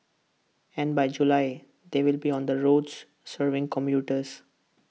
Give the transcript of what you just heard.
and by July they will be on the roads serving commuters